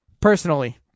personally